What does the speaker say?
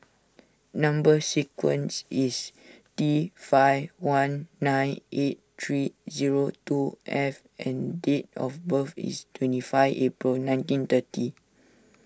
Number Sequence is T five one nine eight three zero two F and date of birth is twenty five April nineteen thirty